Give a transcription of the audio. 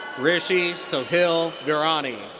rishi sohil virani.